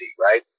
right